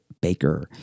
Baker